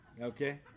Okay